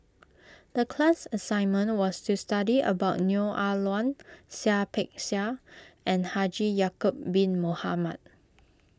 the class assignment was to study about Neo Ah Luan Seah Peck Seah and Haji Ya'Acob Bin Mohamed